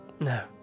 No